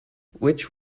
which